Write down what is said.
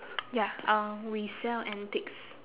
ya uh we sell antiques